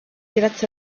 grazie